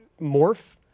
morph